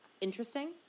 interesting